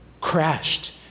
crashed